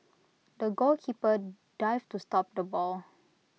the goalkeeper dived to stop the ball